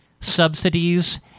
subsidies